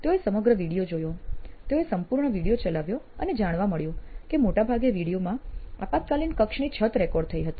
તેઓએ સમગ્ર વિડિઓ જોયો તેઓએ સંપૂર્ણ વિડિઓ ચલાવ્યો અને જાણવા મળ્યું કે મોટા ભાગે વિડિયોમાં આપાતકાલીન કક્ષની છત રેકોર્ડ થઈ હતી